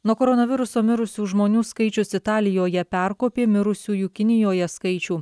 nuo koronaviruso mirusių žmonių skaičius italijoje perkopė mirusiųjų kinijoje skaičių